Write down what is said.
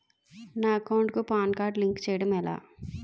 నా అకౌంట్ కు PAN card link చేయడం ఎలా?